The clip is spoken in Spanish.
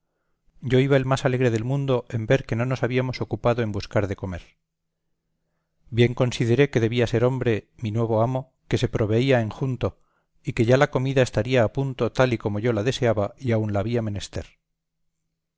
yo iba el más alegre del mundo en ver que no nos habíamos ocupado en buscar de comer bien consideré que debía ser hombre mi nuevo amo que se proveía en junto y que ya la comida estaría a punto tal y como yo la deseaba y aun la había menester